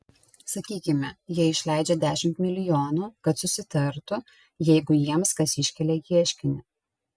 sakykime jie išleidžia dešimt milijonų kad susitartų jeigu jiems kas iškelia ieškinį